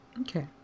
Okay